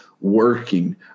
working